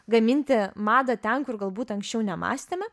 gaminti madą ten kur galbūt anksčiau nemąstėme